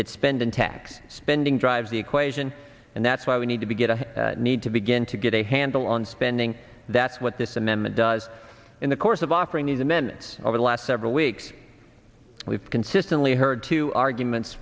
it's spending tax spending drives the equation and that's why we need to begin to need to begin to get a handle on spending that's what this amendment does in the course of offering these amendments over the last several weeks we've consistently heard two arguments